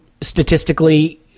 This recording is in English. statistically